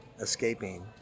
escaping